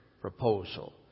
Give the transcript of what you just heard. proposal